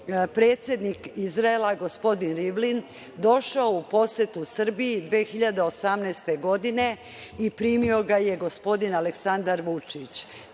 predsednik gospodin Rivlin došao u posetu Srbiji 2018. godine. Primio ga je gospodin Aleksandar